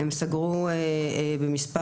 הם סגרו במס'